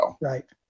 Right